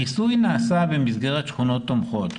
הניסוי נעשה במסגרת שכונות תומכות.